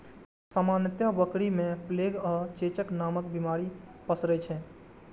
सामान्यतः बकरी मे प्लेग आ चेचक नामक बीमारी पसरै छै